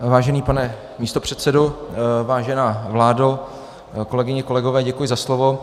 Vážený pane místopředsedo, vážená vládo, kolegyně, kolegové, děkuji za slovo.